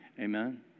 Amen